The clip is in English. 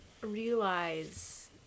realize